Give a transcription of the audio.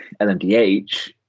LMDH